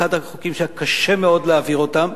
אחד החוקים שהיה קשה מאוד להעביר אותם,